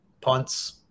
punts